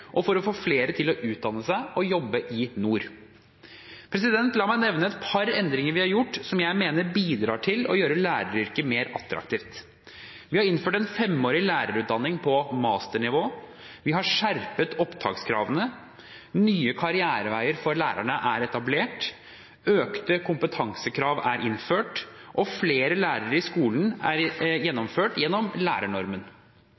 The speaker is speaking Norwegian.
og for å få flere til å utdanne seg og jobbe i nord. La meg nevne et par endringer vi har gjort, som jeg mener bidrar til å gjøre læreryrket mer attraktivt: Vi har innført en femåring lærerutdanning på masternivå, vi har skjerpet opptakskravene, nye karriereveier for lærerne er etablert, økte kompetansekrav er innført, og flere lærere i skolen er